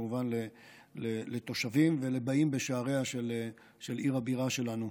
וכמובן לתושבים ולבאים בשעריה של עיר הבירה שלנו,